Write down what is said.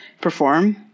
perform